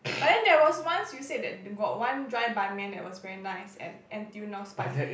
but then there was once you said that got one dry Ban-Mian that was very nice at n_t_u North-Spine